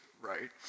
right